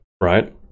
right